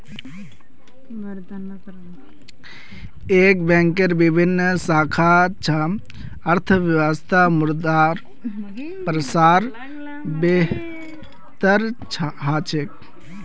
एक बैंकेर विभिन्न शाखा स अर्थव्यवस्थात मुद्रार प्रसार बेहतर ह छेक